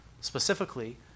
specifically